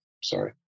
Sorry